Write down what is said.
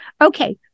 Okay